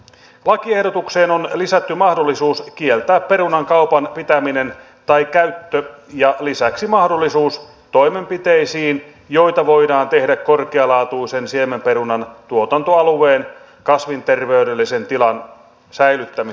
lakiehdotukseen on lisätty mahdollisuus kieltää perunan pitäminen kaupan tai käyttö ja lisäksi mahdollisuus toimenpiteisiin joita voidaan tehdä korkealaatuisen siemenperunan tuotantoalueen kasvinterveydellisen tilan säilyttämiseksi